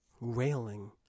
railing